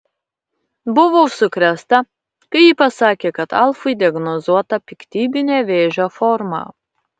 buvau sukrėsta kai ji pasakė kad alfui diagnozuota piktybinė vėžio forma